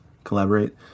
collaborate